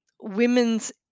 women's